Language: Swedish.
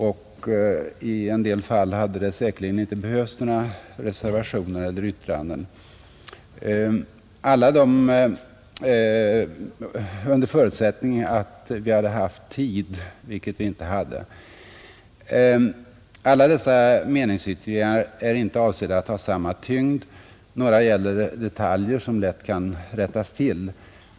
Om vi hade haft tid i utskottet — vilket vi inte hade — hade det säkerligen i en del fall inte behövts reservationer eller särskilda yttranden. Alla dessa meningsyttringar har inte samma tyngd. Några gäller detaljer som lätt kan rättas till.